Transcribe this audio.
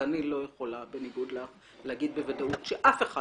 ואני בניגוד אלייך לא יכולה להגיד שאף אחד